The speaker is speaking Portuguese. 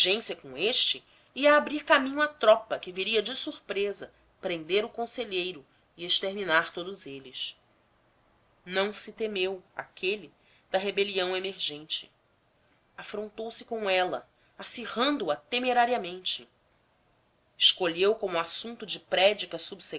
inteligência com este ia abrir caminho à tropa que viria de surpresa prender o conselheiro e exterminar todos eles não se temeu aquele da rebelião emergente afrontou se com ela acirrando a temerariamente escolheu como assunto da prédica